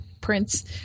Prince